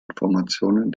informationen